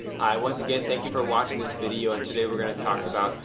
hi once again, thank you for watching this video and today we're going to talk about,